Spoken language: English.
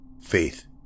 Faith